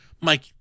Mike